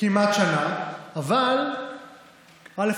אבל דבר אחד,